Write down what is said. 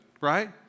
right